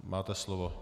Máte slovo.